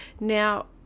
now